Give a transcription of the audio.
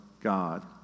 God